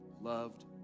loved